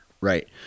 Right